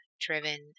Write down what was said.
driven